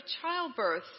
childbirth